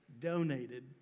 donated